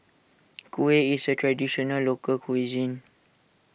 Kuih is a Traditional Local Cuisine